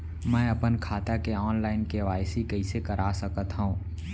मैं अपन खाता के ऑनलाइन के.वाई.सी कइसे करा सकत हव?